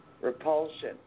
Repulsion